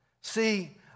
See